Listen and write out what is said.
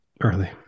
early